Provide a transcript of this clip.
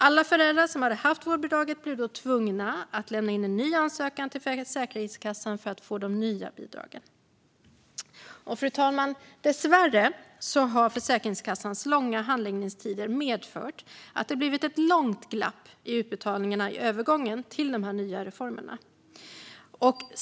Alla föräldrar som hade haft vårdbidraget blev då tvungna att lämna in en ny ansökan till Försäkringskassan för att få de nya bidragen. Fru talman! Dessvärre har Försäkringskassans långa handläggningstider medfört att det har blivit ett långt glapp i utbetalningarna i övergången till de nya reformerna.